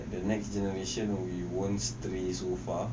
the next generation you won't feel so far